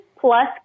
plus